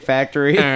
Factory